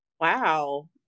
Wow